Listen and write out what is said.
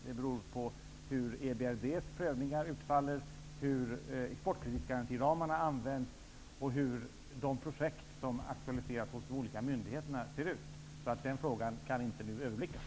Det beror på hur EBRD:s prövningar utfaller, hur exportkreditgarantiramarna används och hur de projekt som aktualiseras hos de olika myndigheterna ser ut. Den frågan kan alltså inte nu överblickas.